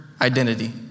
identity